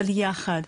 של יחד,